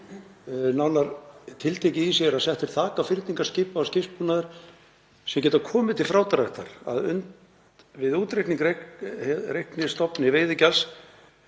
nánar tiltekið í sér að sett er þak á fyrningar skipa og skipsbúnaðar sem geta komið til frádráttar við útreikning á reiknistofni veiðigjalds